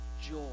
joy